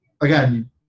again